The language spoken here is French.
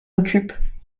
occupe